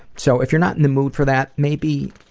so if you're not in the mood for that, maybe